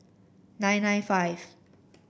nine nine five